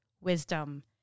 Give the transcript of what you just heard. wisdom